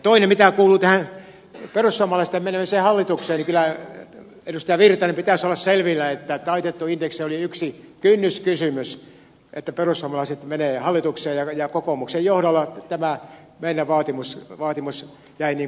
toinen mikä kuuluu tähän perussuomalaisten menemiseen hallitukseen niin kyllä edustaja virtasen pitäisi olla selvillä että taitettu indeksi oli yksi kynnyskysymys että perussuomalaiset menevät hallitukseen ja kokoomuksen johdolla tämä meidän vaatimuksemme jäi pronssille